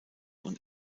und